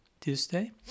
Tuesday